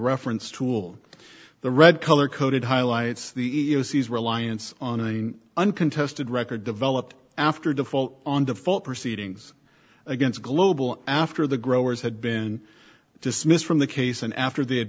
reference tool the red color coded highlights the e e o c reliance on an uncontested record developed after default on the full proceedings against global after the growers had been dismissed from the case and after they had